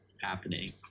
happening